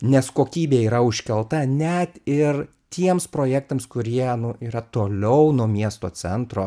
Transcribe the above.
nes kokybė yra užkelta net ir tiems projektams kurie yra toliau nuo miesto centro